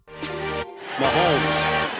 Mahomes